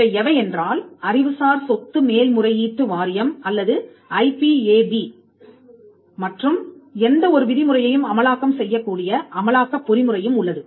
இவை எவை என்றால் அறிவுசார் சொத்து மேல்முறையீட்டு வாரியம் அல்லது ஐஐபிஎப் மற்றும் எந்த ஒருவிதி முறையையும் அமலாக்கம் செய்யக்கூடிய அமலாக்கப் பொறிமுறையும் உள்ளது